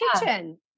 kitchen